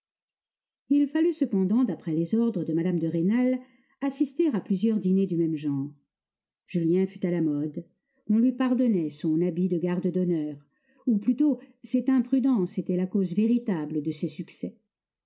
il fallut cependant d'après les ordres de mme de rênal assister à plusieurs dîners du même genre julien fut à la mode on lui pardonnait son habit de garde d'honneur ou plutôt cette imprudence était la cause véritable de ses succès